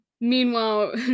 Meanwhile